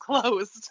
closed